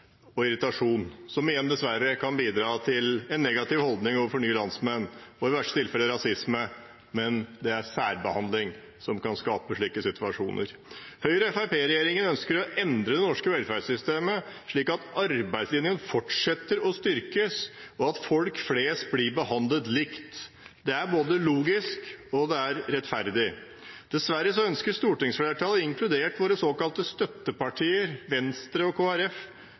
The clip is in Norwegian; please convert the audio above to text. og irritasjon, som igjen dessverre kan bidra til en negativ holdning overfor nye landsmenn, i verste tilfelle rasisme, men det er særbehandling som kan skape slike situasjoner. Høyre–Fremskrittsparti-regjeringen ønsker å endre det norske velferdssystemet slik at arbeidslinjen fortsetter å styrkes, og at folk flest blir behandlet likt. Det er logisk, og det er rettferdig. Dessverre ønsker stortingsflertallet, inkludert våre såkalte støttepartier, Venstre og